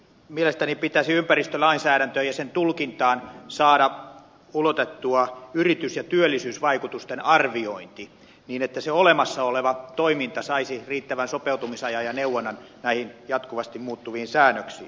mielestäni pitäisi ympäristölainsäädäntöön ja sen tulkintaan saada ulotettua yritys ja työllisyysvaikutusten arviointi niin että olemassa oleva toiminta saisi riittävän sopeutumisajan ja neuvonnan näihin jatkuvasti muuttuviin säännöksiin